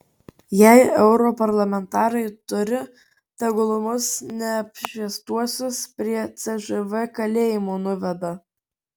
jei europarlamentarai turi tegul mus neapšviestuosius prie cžv kalėjimo nuveda